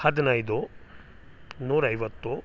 ಹದಿನೈದು ನೂರೈವತ್ತು